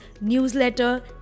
newsletter